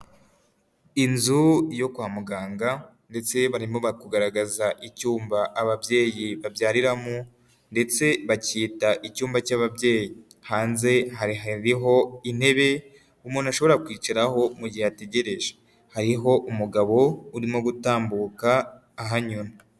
Inzu yo kwa muganga ndetse barimo bari kugaragaza icyumba ababyeyi babyariramo ndetse bacyita icyumba cy'ababyeyi, hanze hari hariho intebe umuntu ashobora kwicaraho mu gihe ategereje, hariho umugabo urimo gutambuka ahanyura.